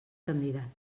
candidat